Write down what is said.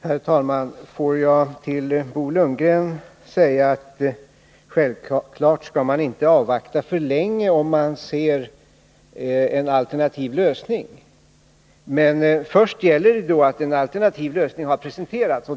Herr talman! Får jag till Bo Lundgren säga att man självklart inte skall avvakta för länge om man ser en alternativ lösning. Men då gäller först att en alternativ lösning har presenterats.